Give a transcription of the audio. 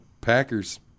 Packers